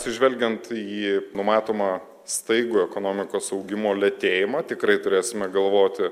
atsižvelgiant į numatomą staigų ekonomikos augimo lėtėjimo tikrai turėsime galvoti